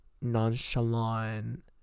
nonchalant